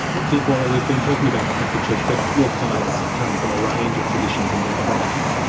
viv waller, we've been talking about the catholic church, but your clients come from a range of traditions and backgrounds.